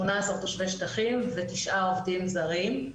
שמונה עשר תושבי שטחים ותשעה עובדים זרים.